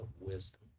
wisdom